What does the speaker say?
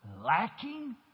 lacking